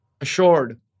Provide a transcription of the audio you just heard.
assured